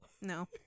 no